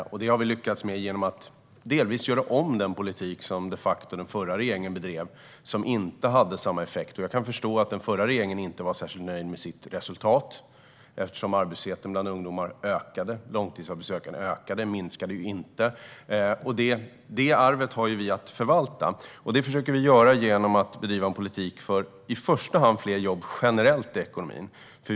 Det har vi lyckats med genom att delvis göra om den politik som den förra regeringen de facto bedrev. Den hade inte samma effekt. Jag kan förstå att den förra regeringen inte var särskilt nöjd med sitt resultat, eftersom arbetslösheten bland ungdomar ökade. Långtidsarbetslösheten minskade inte, utan ökade. Detta arv har vi att förvalta. Det försöker vi göra genom att bedriva en politik för i första hand fler jobb generellt i ekonomin.